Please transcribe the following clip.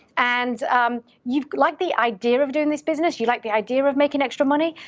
and you like the idea of doin' this business. you like the idea of makin' extra money,